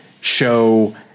show